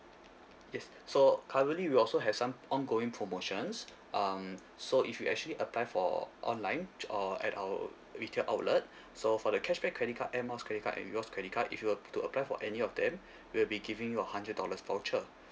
yes so currently we also have some ongoing promotions um so if you actually apply for online uh at our retail outlet so for the cashback credit card air miles credit card and rewards credit card if you were to apply for any of them we'll be giving you a hundred dollars voucher